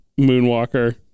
Moonwalker